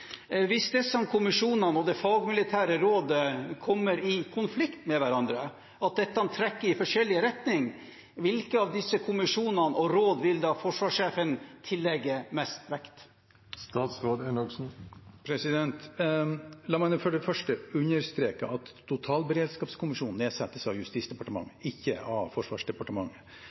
Hvis disse kommisjonene og det fagmilitære rådet kommer i konflikt med hverandre, at dette trekker i forskjellig retning, hvilke av disse kommisjonene og rådene vil da forsvarsministeren tillegge mest vekt? La meg for det første understreke at totalberedskapskommisjonen nedsettes av Justisdepartementet, ikke av Forsvarsdepartementet.